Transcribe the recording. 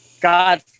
God